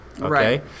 okay